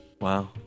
Wow